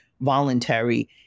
voluntary